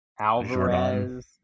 Alvarez